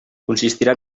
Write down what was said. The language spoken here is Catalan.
consistirà